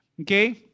Okay